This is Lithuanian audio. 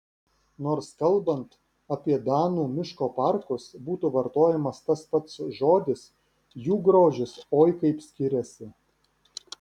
nors kalbant apie danų miško parkus būtų vartojamas tas pats žodis jų grožis oi kaip skiriasi